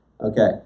Okay